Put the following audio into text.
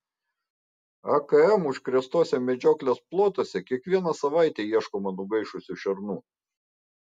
akm užkrėstuose medžioklės plotuose kiekvieną savaitę ieškoma nugaišusių šernų